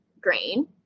grain